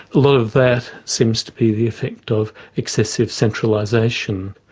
a lot of that seems to be the effect of excessive centralisation.